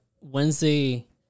Wednesday